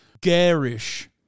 garish